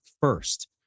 first